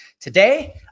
Today